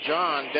John